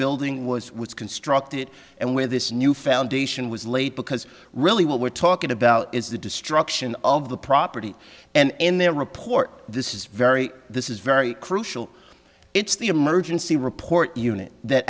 building was was constructed and where this new foundation was laid because really what we're talking about is the destruction of the property and in their report this is very this is very crucial it's the emergency report unit that